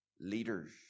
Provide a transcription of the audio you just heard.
leaders